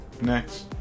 next